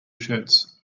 shirts